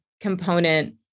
component